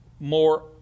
more